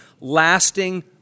lasting